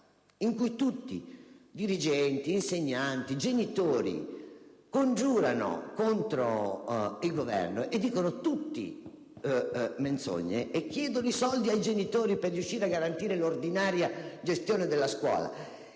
in cui tutti (dirigenti, insegnanti, genitori) congiurano contro il Governo e dicono menzogne, chiedendo i soldi ai genitori per riuscire a garantire l'ordinaria gestione della scuola